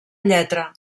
lletra